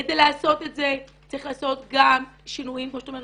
כדי לעשות את זה צריך לעשות גם שינויים תקציביים,